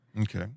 Okay